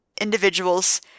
individuals